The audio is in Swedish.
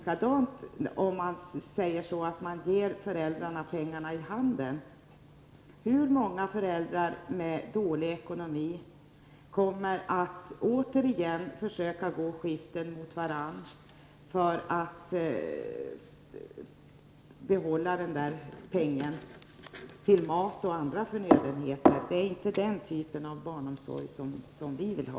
Om man ger föräldrarna pengarna i handen, hur många föräldrar med dålig ekonomi kommer då inte att återigen försöka gå skiften mot varandra, för att kunna använda den där pengen till mat och andra förnödenheter? Det är inte den typen av barnomsorg som vi vill ha.